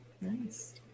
Nice